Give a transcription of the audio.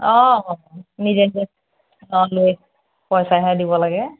অ নিজে নিজে অ লৈ পইচাহে দিব লাগে